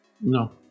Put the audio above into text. No